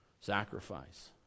sacrifice